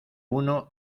uno